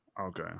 okay